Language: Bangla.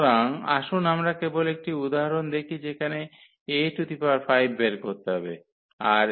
সুতরাং আসুন আমরা কেবল একটি উদাহরণ দেখি যেখানে A5 বের করতে হবে আর